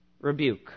rebuke